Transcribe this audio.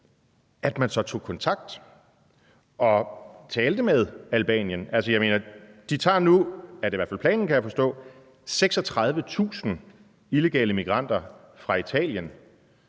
at man så tog kontakt og talte med Albanien. Det er i hvert fald planen, kan jeg forstå, at de nu tager 36.000 illegale migranter fra Italien.